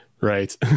right